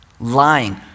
Lying